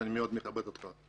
שאני מאוד מכבד אותך.